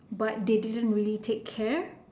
but they didn't really take care